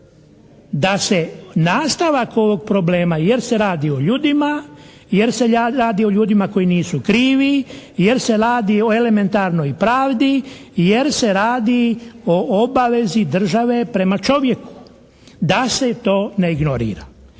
da se nastavak ovog problema jer se radi o ljudima, jer se radi o ljudima koji nisu krivi, jer se radi o elementarnoj pravdi, jer se radi o obavezi države prema čovjeku, da se to ne ignorira.